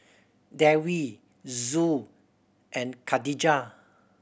Dewi Zul and Khadija